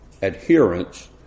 adherence